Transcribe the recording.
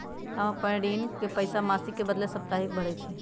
हम अपन ऋण के पइसा मासिक के बदले साप्ताहिके भरई छी